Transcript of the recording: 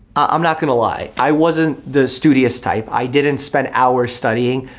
i'm not gonna lie, i wasn't the studious type, i didn't spend hours studying,